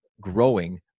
growing